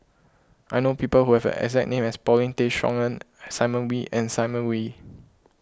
I know people who have exact name as Paulin Tay Straughan Simon Wee and Simon Wee